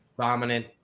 dominant